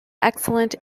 excellent